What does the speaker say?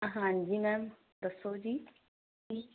ਹਾਂਜੀ ਮੈਮ ਦੱਸੋ ਜੀ